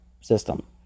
system